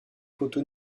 photo